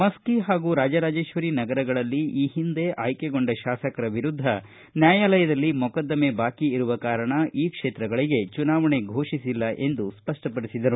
ಮಸ್ಕಿ ಹಾಗೂ ರಾಜರಾಜೇಶ್ವರಿ ನಗರಗಳಲ್ಲಿ ಈ ಹಿಂದೆ ಆಯ್ಲೆಗೊಂಡ ಶಾಸಕರ ವಿರುದ್ದ ನ್ಯಾಯಾಲಯದಲ್ಲಿ ಮೊಕದ್ದಮೆ ಬಾಕಿ ಇರುವ ಕಾರಣ ಈ ಕ್ಷೇತ್ರಗಳಿಗೆ ಚುನಾವಣೆ ಘೋಷಿಸಿಲ್ಲ ಎಂದು ಸ್ಪಷ್ಟಪಡಿಸಿದರು